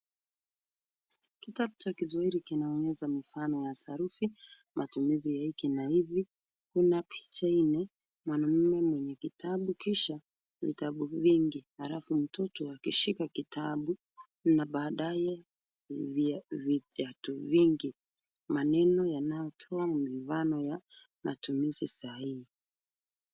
Kitabu cha kiswahili kinaonesha mifano ya sarufi, matumizi ya hiki na hivi. Kuna picha nne mwanaume mwenye kitambi kisha vitabu vingi alafu mtoto akishika kitabu na baadaye viatu vingi. Maneno yanayotoa mifano ya matumizi sahihi.